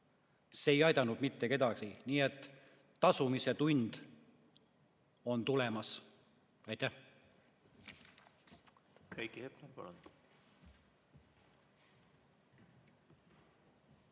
See ei aidanud mitte kedagi. Nii et tasumise tund on tulemas. Aitäh!